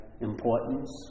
importance